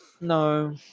No